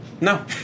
no